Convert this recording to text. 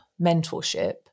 mentorship